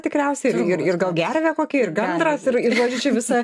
tikriausiai ir ir gal gervę kokia ir gandras ir ir žodžiu visa